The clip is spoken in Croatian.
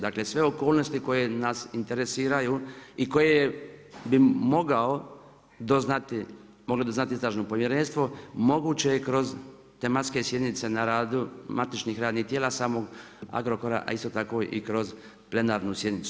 Dakle, sve okolnosti, koje nas interesiraju i koje bi mogao doznati, mogli bi znati istražno povjerenstvo, moguće je kroz tematske sjednice na radu matičnih radnih tijela, samo Agrokora, a isto tako i kroz plenarnu sjednicu.